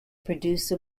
produce